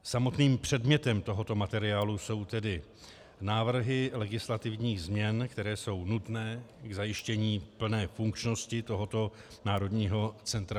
Samotným předmětem tohoto materiálu jsou tedy návrhy legislativních změn, které jsou nutné k zajištění plné funkčnosti tohoto Národního centra kybernetických sil.